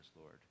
Lord